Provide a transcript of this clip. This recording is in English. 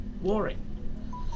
warring